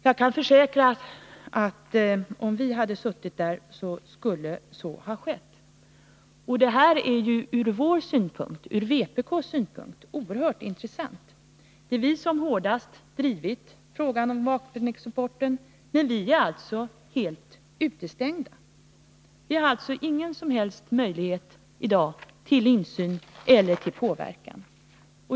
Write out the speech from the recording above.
Jag kan försäkra att om vi suttit med i den, skulle så ha skett. Detta är ur vpk:s synpunkt oerhört intressant. Det är vi som hårdast drivit frågan om vapenexporten, men vi är alltså helt utestängda. Vi har alltså ingen som helst möjlighet i dag till insyn eller påverkan.